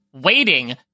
waiting